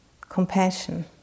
compassion